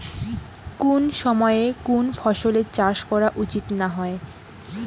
কুন সময়ে কুন ফসলের চাষ করা উচিৎ না হয়?